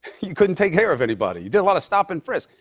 you couldn't take care of anybody. you did a lot of stop-and-frisk.